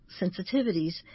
sensitivities